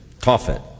Tophet